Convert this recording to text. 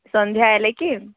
ସନ୍ଧ୍ୟାହେଲେ କି